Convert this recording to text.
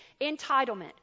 Entitlement